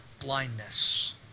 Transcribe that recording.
blindness